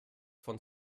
von